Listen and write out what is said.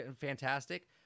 fantastic